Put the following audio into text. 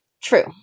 True